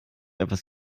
etwas